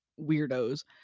weirdos